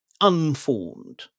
Unformed